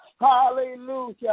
Hallelujah